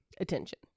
attention